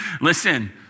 Listen